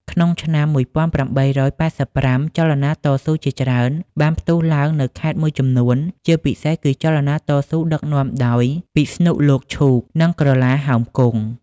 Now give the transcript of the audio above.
ក្នុងឆ្នាំ ១៨៨៥ ចលនាតស៊ូជាច្រើនបានផ្ទុះឡើងនៅខេត្តមួយចំនួន ពិសេសគឺចលនាតស៊ូដឹកនាំដោយពិស្ណុលោកឈូក និងក្រឡាហោមគង់។